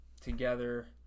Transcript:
together